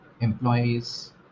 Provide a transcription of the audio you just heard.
employees